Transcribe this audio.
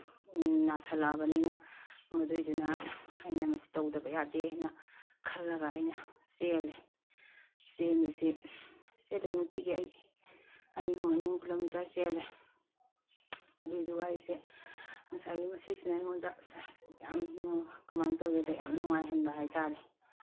ꯅꯥꯁꯤꯜꯂꯛꯑꯕꯅꯤꯅ ꯃꯗꯨꯏꯗꯨꯅ ꯑꯩꯅ ꯃꯁꯤ ꯇꯧꯗꯕ ꯌꯥꯗꯦ ꯍꯥꯏꯅ ꯈꯜꯂꯒ ꯑꯩꯅ ꯆꯦꯜꯂꯦ ꯆꯦꯟꯕꯁꯤ ꯆꯦꯜꯂꯦ ꯅꯨꯡꯇꯤꯒꯤ ꯑꯩ ꯑꯅꯤ ꯑꯍꯨꯝ ꯑꯅꯤ ꯑꯍꯨꯝ ꯀꯤꯂꯣꯃꯤꯇꯔ ꯆꯦꯜꯂꯦ ꯑꯗꯨꯏꯗꯨꯒ ꯑꯩꯁꯦ ꯉꯁꯥꯏꯒꯤ ꯃꯁꯤꯁꯤꯅ ꯑꯩꯉꯣꯟꯗ ꯌꯥꯝ ꯀꯃꯥꯏꯅ ꯇꯧꯒꯦꯗ ꯌꯥꯝ ꯅꯨꯡꯉꯥꯏꯍꯟꯕ ꯍꯥꯏ ꯇꯥꯔꯦ